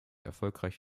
erfolgreich